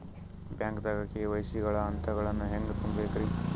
ಬ್ಯಾಂಕ್ದಾಗ ಕೆ.ವೈ.ಸಿ ಗ ಹಂತಗಳನ್ನ ಹೆಂಗ್ ತುಂಬೇಕ್ರಿ?